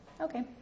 Okay